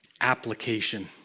application